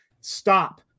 stop